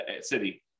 city